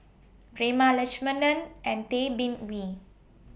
Prema Letchumanan and Tay Bin Wee